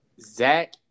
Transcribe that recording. Zach